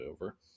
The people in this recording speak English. over